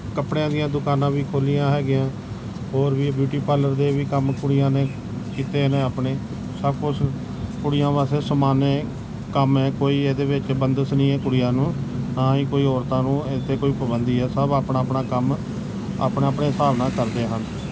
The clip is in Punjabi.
ਕੱਪੜਿਆਂ ਦੀਆਂ ਦੁਕਾਨਾਂ ਵੀ ਖੋਲ੍ਹੀਆਂ ਹੈਗੀਆਂ ਹੋਰ ਵੀ ਬਿਊਟੀ ਪਾਰਲਰ ਦੇ ਵੀ ਕੰਮ ਕੁੜੀਆਂ ਨੇ ਕੀਤੇ ਨੇ ਆਪਣੇ ਸਭ ਕੁਛ ਕੁੜੀਆਂ ਵਾਸਤੇ ਸਮਾਨ ਕੰਮ ਹੈ ਕੋਈ ਇਹਦੇ ਵਿੱਚ ਬੰਦਸ਼ ਨਹੀਂ ਹੈ ਕੁੜੀਆਂ ਨੂੰ ਨਾ ਹੀ ਕੋਈ ਔਰਤਾਂ ਨੂੰ ਇੱਥੇ ਕੋਈ ਪਾਬੰਦੀ ਹੈ ਸਭ ਆਪਣਾ ਆਪਣਾ ਕੰਮ ਆਪਣੇ ਆਪਣੇ ਹਿਸਾਬ ਨਾ ਕਰਦੇ ਹਨ